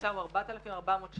הממוצע של נשים הוא 4400 ₪.